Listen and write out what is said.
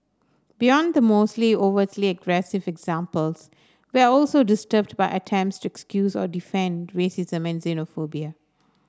beyond the mostly overtly aggressive examples we are also disturbed by attempts to excuse or defend racism and xenophobia